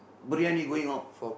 biryani going out